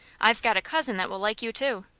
i've got a cousin that will like you, too.